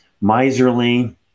miserly